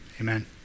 amen